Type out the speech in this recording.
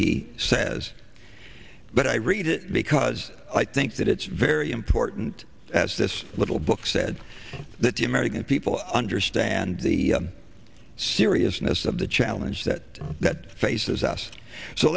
he says but i read it because i think that it's very important as this little book said that the american people understand the seriousness of the challenge that that faces us so